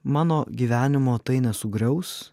mano gyvenimo tai nesugriaus